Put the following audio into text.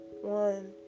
one